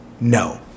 no